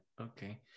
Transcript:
okay